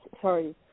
sorry